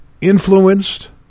influenced